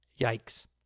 yikes